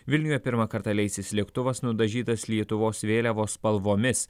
vilniuje pirmą kartą leisis lėktuvas nudažytas lietuvos vėliavos spalvomis